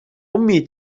أمي